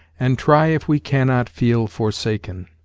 and try if we cannot feel forsaken.